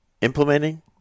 implementing